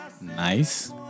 Nice